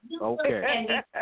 Okay